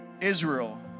Israel